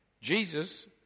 Jesus